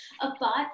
apart